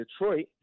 Detroit